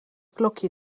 klokje